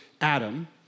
Adam